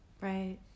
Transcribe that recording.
Right